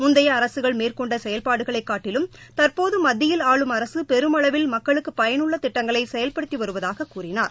முந்தைய அரசுகள் மேற்கொண்ட செயல்பாடுகளைக் காட்டிலும் தற்போது மத்தியில் ஆளும் அரசு பெருமளவில் மக்களுக்கு பயனுள்ள திட்டங்களை செயவ்படுத்தி வருவதாகக் கூறினார்